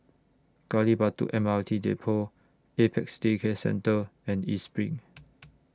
Gali Batu M R T Depot Apex Day Care Centre and East SPRING